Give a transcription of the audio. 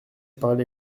parler